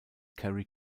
kerry